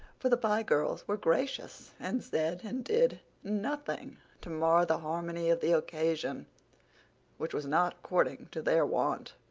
for the pye girls were gracious, and said and did nothing to mar the harmony of the occasion which was not according to their wont.